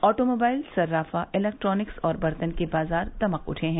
automobile सर्राफा electronics और बर्तन के बाजार दमक उठे हैं